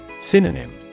Synonym